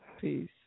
Peace